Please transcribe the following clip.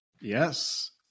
Yes